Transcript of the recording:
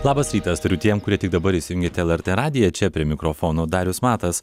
labas rytas tariu tiem kurie tik dabar įsijungėt lrt radiją čia prie mikrofono darius matas